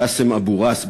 קאסם אבו ראס,